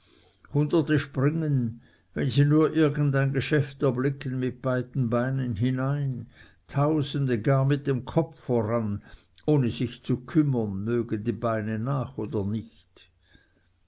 hunderte springen wenn sie nur irgendwie ein geschäft erblicken mit beiden beinen hinein tausende gar mit dem kopf voran ohne sich zu kümmern mögen die beine nach oder nicht